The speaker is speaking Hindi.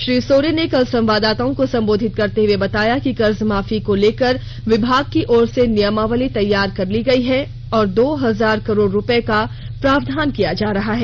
श्री सोरेन ने कल संवाददाताओं को संबोधित करते हुए बताया कि कर्ज माफी को लेकर कृषि विभाग की ओर से नियमावली तैयार कर ली गयी है और दो हजार करोड़ रुपये का प्रावधान किया जा रहा है